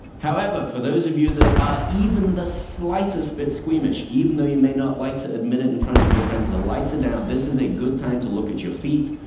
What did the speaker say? however, for those of you that are even the slightest bit squeamish even though you may not like to admit it in front of your friends the lights are down. this is a good time to look at your feet,